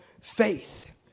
faith